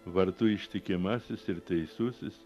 vardu ištikimasis ir teisusis